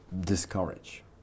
DISCOURAGE